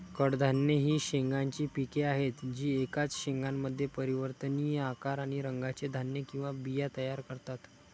कडधान्ये ही शेंगांची पिके आहेत जी एकाच शेंगामध्ये परिवर्तनीय आकार आणि रंगाचे धान्य किंवा बिया तयार करतात